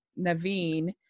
Naveen